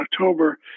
October